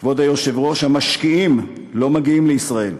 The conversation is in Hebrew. כבוד היושב-ראש, המשקיעים לא מגיעים לישראל.